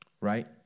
right